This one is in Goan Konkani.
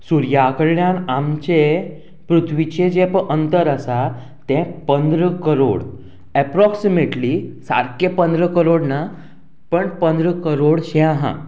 सुर्या कडल्यान आमचें पृथ्वीचें जें पय अंतर आसा तें पंदरा करोड एप्रोक्सिमेटली सारकें पंदरा करोड ना पण पंदरा करोडशें आहा